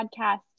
podcast